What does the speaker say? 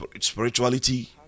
spirituality